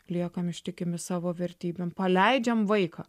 liekam ištikimi savo vertybėm paleidžiam vaiką